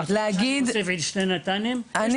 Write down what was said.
--- אפשר להוסיף שתי ניידות טיפול נמרץ --- אני